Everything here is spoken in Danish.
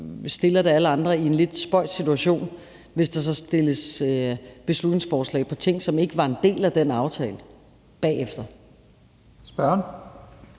stiller det alle andre i en lidt spøjs situation, hvis der så bagefter fremsættes beslutningsforslag om ting, som ikke var en del af den aftale. Kl. 12:02 Første